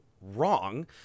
wrong